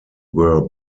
were